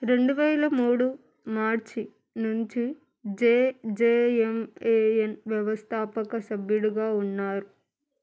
రెండు వేల మూడు మార్చి నుంచి జెజెఎంఎఎన్ వ్యవస్థాపక సభ్యుడిగా ఉన్నారు